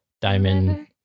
Diamond